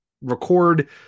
record